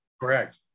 Correct